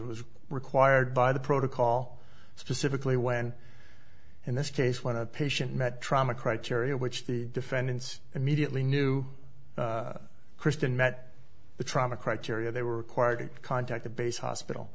was required by the protocol specifically when in this case when a patient met trauma criteria which the defendant immediately knew kristen met the trauma criteria they were required to contact the base hospital